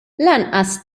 lanqas